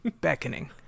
beckoning